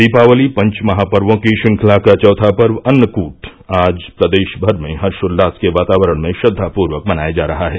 दीपावली पंचमहापवों की श्रृंखला का चौथा पर्व अन्नकूट आज प्रदेश भर में हर्षोल्लास के वातावरण में श्रद्वापूर्वक मनाया जा रहा है